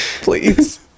Please